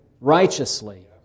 righteously